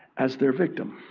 as their victim.